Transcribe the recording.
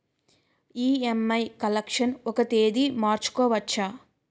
EMI collection ఒక తేదీ మార్చుకోవచ్చా?